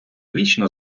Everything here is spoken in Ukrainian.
вічно